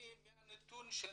אני קורא מנתוני הסוכנות.